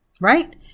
Right